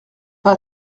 pas